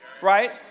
right